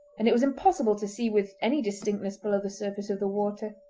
and it was impossible to see with any distinctness below the surface of the water.